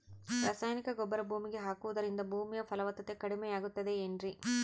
ರಾಸಾಯನಿಕ ಗೊಬ್ಬರ ಭೂಮಿಗೆ ಹಾಕುವುದರಿಂದ ಭೂಮಿಯ ಫಲವತ್ತತೆ ಕಡಿಮೆಯಾಗುತ್ತದೆ ಏನ್ರಿ?